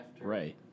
Right